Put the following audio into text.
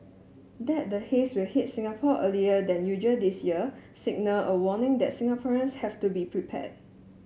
that the haze will hit Singapore earlier than usual this year signaled a warning that Singaporeans have to be prepared